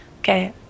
Okay